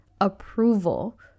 approval